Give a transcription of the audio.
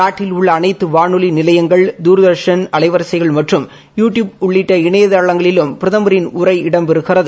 நாட்டில் உள்ள அனைத்து வானொலி நிலையங்கள் தூர்தர்ஷன் அலைவரிசைகள் மற்றும் யூ டியூப் உள்ளிட்ட இணையதளங்களிலும் பிரதமரின் உரை இடம் பெறுகிறது